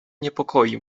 niepokoi